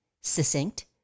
succinct